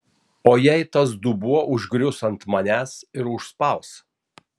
o jei tas dubuo užgrius ant manęs ir užspaus